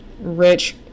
rich